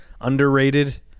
Underrated